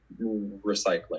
recycling